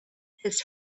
his